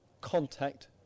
contact